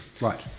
right